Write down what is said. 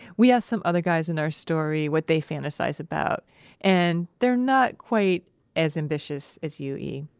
we asked some other guys in our story what they fantasize about and they're not quite as ambitious as you e.